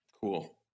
Cool